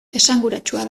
esanguratsua